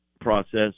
process